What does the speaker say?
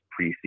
preseason